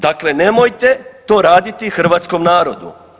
Dakle, nemojte to raditi hrvatskom narodu.